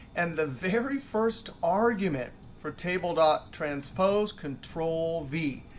and the very first argument for table dot transpose control v.